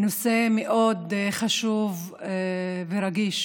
זה נושא מאוד חשוב ורגיש.